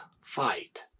fight